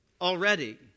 already